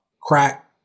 crack